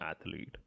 athlete